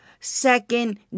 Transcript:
second